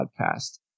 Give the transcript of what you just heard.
podcast